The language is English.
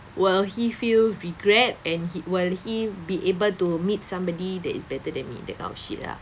will he feel regret and he will he be able to meet somebody that is better than me that kind of shit lah